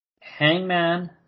Hangman